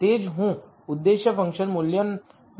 તે જ હું ઉદ્દેશ ફંકશન મૂલ્યમાં વધારો કરી રહ્યો છું